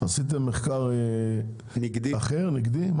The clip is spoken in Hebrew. עשיתם מחקר אחר או נגדי?